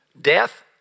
Death